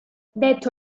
detto